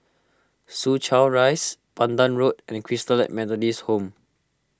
Soo Chow Rise Pandan Road and Christalite Methodist Home